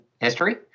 history